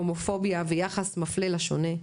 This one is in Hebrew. הומופוביה ויחס מפלה לשונה.